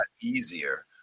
easier